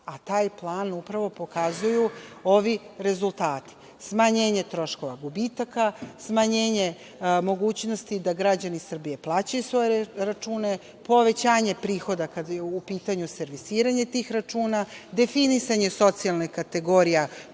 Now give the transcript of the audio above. a taj plan upravo pokazuju ovi rezultati – smanjenje troškova gubitaka, smanjenje mogućnosti da građani Srbije plaćaju svoje račune, povećanje prihoda kada je u pitanju servisiranje tih računa, definisanje socijalnih kategorija